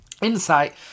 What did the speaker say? insight